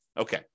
Okay